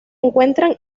encuentran